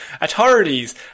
Authorities